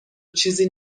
چیزی